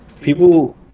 People